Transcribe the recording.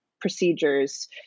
procedures